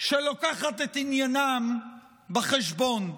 שלוקחת את עניינם בחשבון.